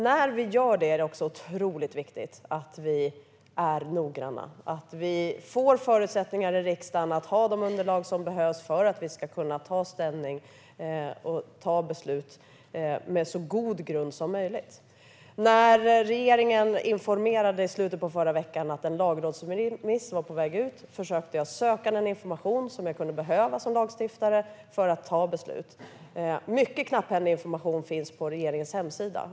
När vi stiftar dessa lagar är det otroligt viktigt att vi är noggranna och att riksdagen får de underlag som behövs så att ledamöterna kan ta ställning och fatta beslut på så god grund som möjligt. När regeringen i slutet av förra veckan informerade om att en lagrådsremiss var på väg ut försökte jag söka den information som jag kunde behöva som lagstiftare för att kunna fatta beslut. Mycket knapphändig information finns på regeringens hemsida.